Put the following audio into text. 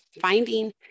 finding